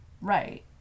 right